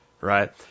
Right